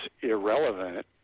irrelevant